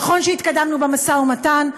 נכון שהתקדמנו במשא ומתן,